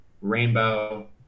Rainbow